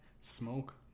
Smoke